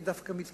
אני דווקא מתכוון